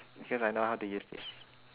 because I know how to use this